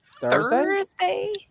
Thursday